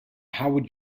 howard